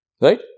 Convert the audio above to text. Right